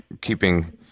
keeping